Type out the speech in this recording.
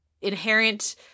inherent